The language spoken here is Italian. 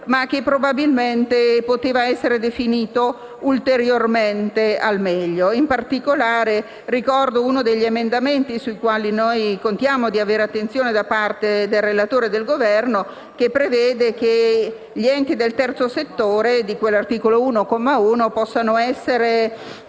ma che, probabilmente, poteva essere definito ulteriormente al meglio. In particolare, ricordo uno degli emendamenti sui quali noi contiamo di avere attenzione da parte del relatore e del Governo, che prevede che gli enti del terzo settore, di cui all'articolo 1, comma 1, possano essere